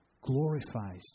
glorifies